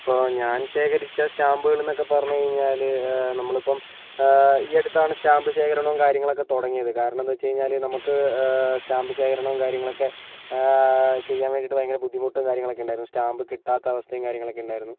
ഇപ്പോൾ ഞാന് ശേഖരിച്ച സ്റ്റാമ്പുകള് എന്നൊക്കെ പറഞ്ഞു കഴിഞ്ഞാല് നമ്മളിപ്പോൾ ഈയടുത്താണ് സ്റ്റാമ്പ് ശേഖരണവും കാര്യങ്ങളും ഒക്കെ തുടങ്ങിയത് കാരണം എന്താണെന്നു വെച്ച് കഴിഞ്ഞാല് നമുക്ക് സ്റ്റാമ്പു ശേഖരണവും കാര്യങ്ങളും ഒക്കെ ചെയ്യാന് വേണ്ടിയിട്ട് ഭയങ്കര ബുദ്ധിമുട്ടും കാര്യങ്ങളും ഒക്കെ ഉണ്ടായിരുന്നു സ്റ്റാമ്പ് കിട്ടാത്ത അവസ്ഥയും കാര്യങ്ങളും ഒക്കെ ഉണ്ടായിരുന്നു